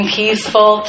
peaceful